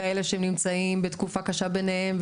יש כאלה שנמצאים בתקופה קשה ביניהם,